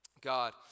God